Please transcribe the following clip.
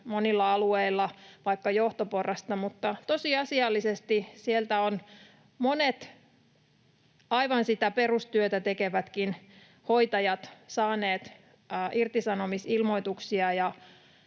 monilla alueilla vaikka johtoporrasta, mutta tosiasiallisesti sieltä ovat monet aivan sitä perustyötäkin tekevät hoitajat saaneet irtisanomisilmoituksia.